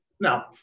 now